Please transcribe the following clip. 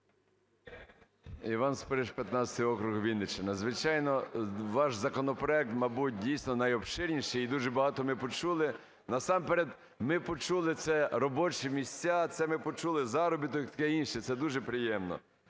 Іван Спориш, 15 округ, Вінниччина. Звичайно, ваш законопроект, мабуть, дійсно, найобширніший, і дуже багато ми почули. Насамперед ми почули: це робочі місця. Це ми почули: заробіток і таке інше. Це дуже приємно.